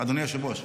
אדוני היושב-ראש,